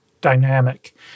dynamic